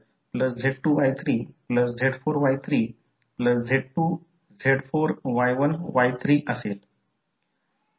या बाजूने current i2 येथे प्रवेश करत आहे परंतु डॉट पासून दूर जात आहे येथे दिसेल की हे करंट i2 आहे करंट i2 प्रत्यक्षात डॉट पासून दूर जात आहे